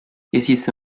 esiste